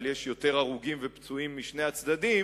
יש יותר הרוגים ופצועים בשני הצדדים,